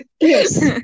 Yes